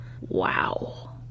wow